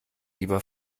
lieber